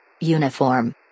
Uniform